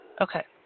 Okay